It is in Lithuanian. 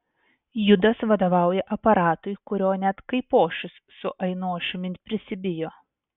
judas vadovauja aparatui kurio net kaipošius su ainošiumi prisibijo